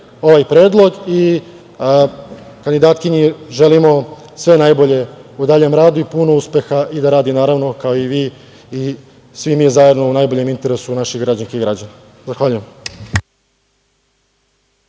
ovaj predlog i kandidatkinji želimo sve najbolje u daljem radu i puno uspeha i da radi naravno kao i vi i svi mi zajedno u najboljem interesu naših građanki i građana. Zahvaljujem.